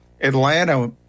Atlanta